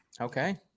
Okay